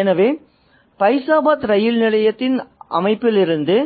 எனவே பைசாபாத் ரயில் நிலையத்தின் அமைப்பிலிருந்து